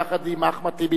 יחד עם אחמד טיבי,